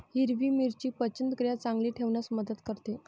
हिरवी मिरची पचनक्रिया चांगली ठेवण्यास मदत करते